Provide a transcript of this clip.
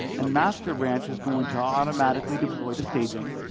and master branch is going to automatically deploy the staging.